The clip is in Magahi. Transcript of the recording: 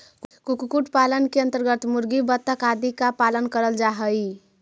कुक्कुट पालन के अन्तर्गत मुर्गी, बतख आदि का पालन करल जा हई